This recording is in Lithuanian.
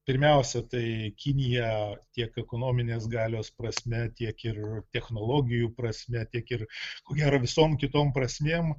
pirmiausia tai kinija tiek ekonominės galios prasme tiek ir technologijų prasme tiek ir ko gero visom kitom prasmėm